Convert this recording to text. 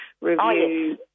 review